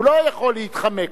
הוא לא יכול להתחמק.